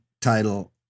title